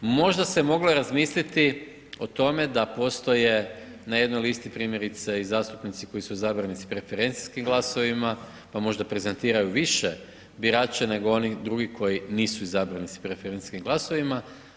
Možda se moglo i razmisliti o tome da postoje na jednoj listi primjerice i zastupnici koji su izabrani preferencijskim glasovima, pa možda prezentiraju više birače nego oni drugi koji nisu izabrani sa preferencijskim glasovima.